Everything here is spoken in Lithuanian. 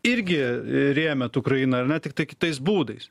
irgi rėmėt ukrainą ar ne tiktai kitais būdais